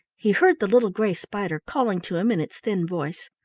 he heard the little gray spider calling to him in its thin voice,